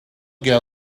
girl